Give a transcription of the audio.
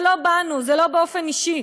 זה לא בנו, זה לא באופן אישי,